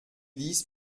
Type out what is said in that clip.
ließ